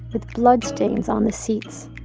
with blood stains on the seats.